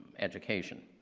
education.